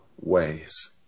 ways